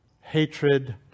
Hatred